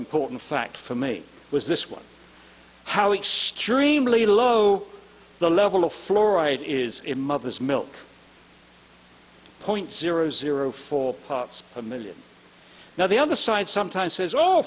important fact for me was this one how extremely low the level of fluoride is in mother's milk point zero zero four parts a million now the other side sometimes says